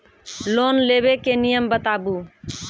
Loan लेबे के नियम बताबू?